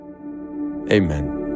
amen